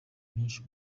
myinshi